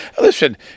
listen